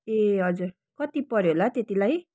ए हजुर कति पऱ्यो होला त्यतिलाई